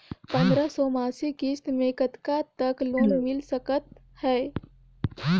पंद्रह सौ मासिक किस्त मे कतका तक लोन मिल सकत हे?